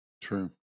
True